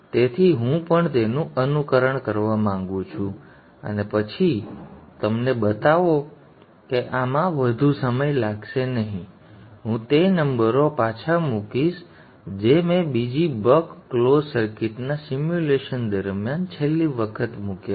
તેથી હું પણ તેનું અનુકરણ કરવા માંગુ છું અને પછી તમને બતાવો કે આમાં વધુ સમય લાગશે નહીં હું તે નંબરો પાછા મૂકીશ જે મેં બીજી બક ક્લોઝ સર્કિટના સિમ્યુલેશન દરમિયાન છેલ્લી વખત મૂક્યા છે